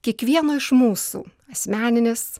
kiekvieno iš mūsų asmeninis